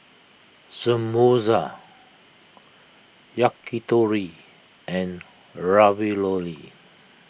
Samosa Yakitori and Ravioli